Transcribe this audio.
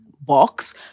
box